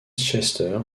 chester